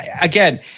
again